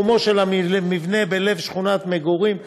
מיקומו של המבנה בלב שכונת מגורים,